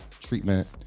treatment